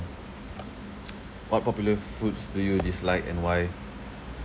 what popular foods do you dislike and why